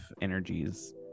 energies